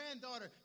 granddaughter